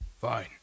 fine